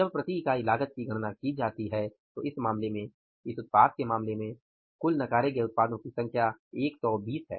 जब प्रति इकाई लागत की गणना की जाती है तो इस मामले में इस उत्पाद के मामले में कुल नकारे गए उत्पादों की संख्या 120 है